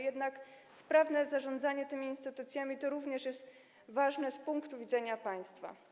Jednak sprawne zarządzanie tymi instytucjami również jest ważne z punktu widzenia państwa.